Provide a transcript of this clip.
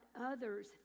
others